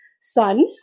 son